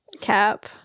Cap